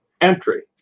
entry